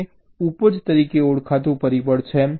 હવે ઉપજ તરીકે ઓળખાતું પરિબળ છે